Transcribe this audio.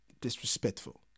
disrespectful